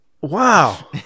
Wow